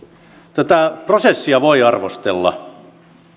tätä prosessia voi arvostella